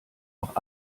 auch